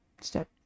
step-